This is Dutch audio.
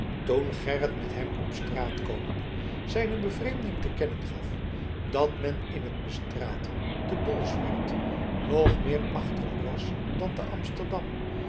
toen gerrit met hem op straat komende zijne bevreemding te kennen gaf dat men in het bestraten te bolsward nog meer achterlijk was dan te amsterdam